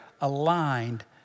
aligned